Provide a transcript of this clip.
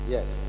Yes